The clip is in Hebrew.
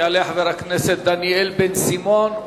יעלה חבר הכנסת דניאל בן-סימון,